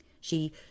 She